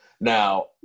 Now